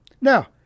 Now